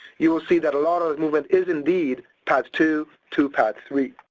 you'll see that a lot of movement is indeed padd two to padd three.